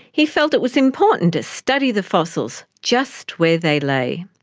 he felt it was important to study the fossils just where they lay.